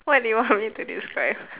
what do you want me to describe